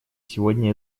сегодня